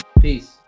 Peace